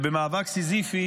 ובמאבק סיזיפי